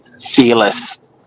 Fearless